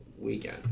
Weekend